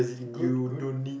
good good